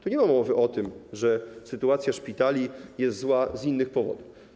Tu nie ma mowy o tym, że sytuacja szpitali jest zła z innych powodów.